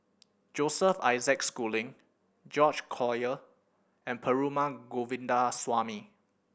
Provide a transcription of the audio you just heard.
Joseph Isaac Schooling George Collyer and Perumal Govindaswamy